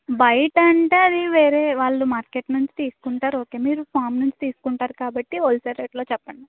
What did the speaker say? బయట అంటే అది వేరే వాళ్ళు మార్కెట్ నుంచి తీసుకుంటారు ఓకే మీరు ఫామ్ నుంచి తీసుకుంటారు కాబట్టి హోల్సేల్ రేట్లే చెప్పండి